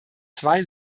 zwei